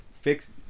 fix